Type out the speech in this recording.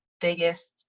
biggest